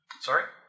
Sorry